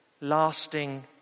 lasting